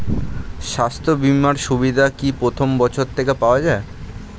স্বাস্থ্য বীমার সুবিধা কি প্রথম বছর থেকে পাওয়া যায়?